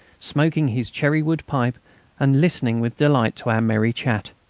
smoking his cherry-wood pipe and listening with delight to our merry chat.